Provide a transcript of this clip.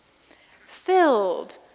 filled